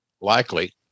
likely